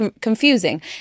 confusing